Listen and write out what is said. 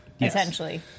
essentially